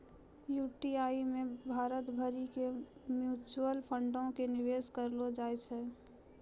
UTI मे भारत भरि के म्यूचुअल फंडो के निवेश करलो जाय छै